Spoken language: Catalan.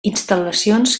instal·lacions